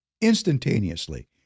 instantaneously